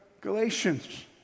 Galatians